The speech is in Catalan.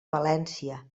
valència